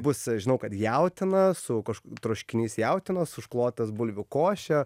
bus žinau kad jautiena su kažk troškinys jautienos užklotas bulvių koše